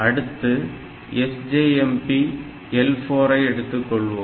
அடுத்து SJMP L4 ஐ எடுத்துக்கொள்வோம்